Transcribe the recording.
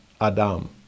adam